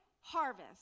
harvest